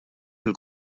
fil